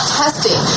testing